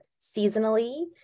seasonally